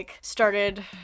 started